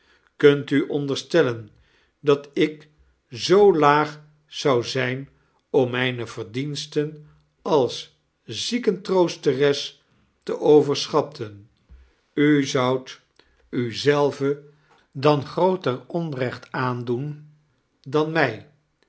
kunt u onderstellen dat ik zoo laag zou zijn om mijne verdiensten als ziekentroosteres te overschatten u zoudt u zelve dan grooter onrecht aandoen dan mij